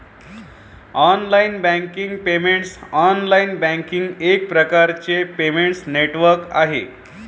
online banking payments online banking एक प्रकारचे payment network आहे